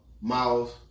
Miles